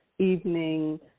evening